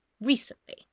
recently